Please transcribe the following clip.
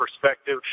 perspective